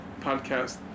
podcast